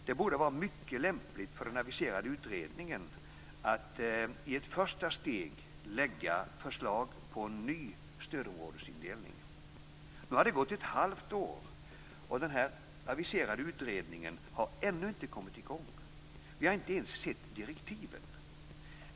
Det borde vara mycket lämpligt för den aviserade utredningen att i ett första steg lägga fram förslag till en ny stödområdesindelning. Nu har det gått ett halvt år och den aviserade utredningen har ännu inte kommit i gång. Vi har inte ens sett direktiven.